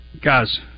guys –